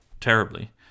terribly